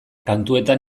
kantuetan